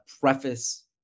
preface